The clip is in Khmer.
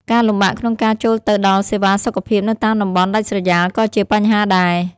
ការលំបាកក្នុងការចូលទៅដល់សេវាសុខភាពនៅតាមតំបន់ដាច់ស្រយាលក៏ជាបញ្ហាដែរ។